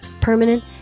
permanent